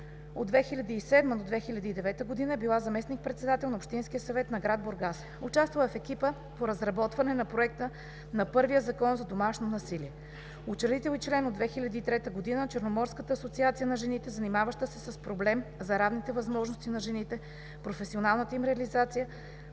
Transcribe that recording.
От 2007 г. до 2009 г. е била заместник-председател на Общинския съвет на гр. Бургас. Участвала е в екипа по разработване на Проекта на първия Закон за домашно насилие. Учредител и член от 2003 г. на Черноморската асоциация на жените, занимаваща се с проблеми за равните възможности на жените, професионалната им реализация